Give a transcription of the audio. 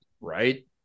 right